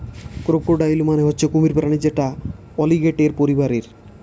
crocodile মানে হচ্ছে কুমির প্রাণী যেটা অলিগেটের পরিবারের